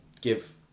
give